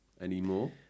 anymore